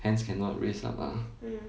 hence cannot raise up lah